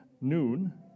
noon